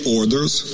orders